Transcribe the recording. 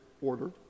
order